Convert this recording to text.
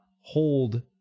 hold